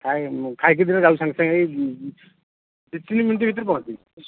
ଆଜ୍ଞା ମୁଁ ଖାଇକି ଦୁଇଟା ଯାଉଛି ସାଙ୍ଗେ ସାଙ୍ଗେ ଏଇ ଦୁଇ ତିନି ମିନିଟ୍ ଭିତରେ ପହଞ୍ଚିଯିବି